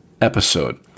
episode